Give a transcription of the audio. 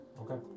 Okay